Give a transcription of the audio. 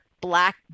black